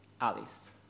Alice